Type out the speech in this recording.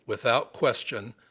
without question,